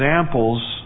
examples